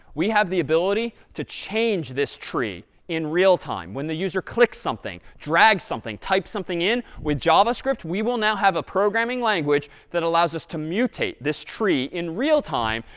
we have the ability to change this tree in real time. when the user clicks something, drags something, types something in, with javascript, we will now have a programming language that allows us to mutate this tree in real time,